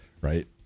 right